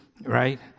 Right